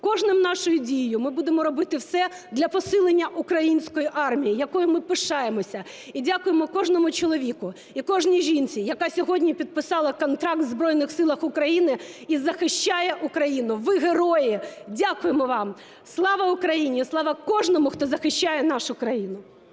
Кожною нашою дією ми будемо робити все для посилення української армії, якою ми пишаємося, і дякуємо кожному чоловіку і кожній жінці, яка сьогодні підписала контракт в Збройних Силах України, і захищає Україну. Ви герої, дякуємо вам! Слава Україні! І слава кожному, хто захищає нашу країну!